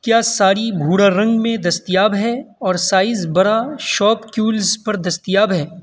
کیا ساری بھورا رنگ میں دستیاب ہے اور سائز بڑا شاپ کیولز پر دستیاب ہے